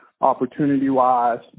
opportunity-wise